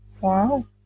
Wow